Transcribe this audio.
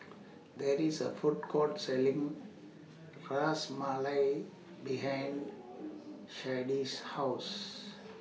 There IS A Food Court Selling Ras Malai behind Sharday's House